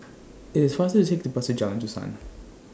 IT IS faster to Take The Bus to Jalan Dusan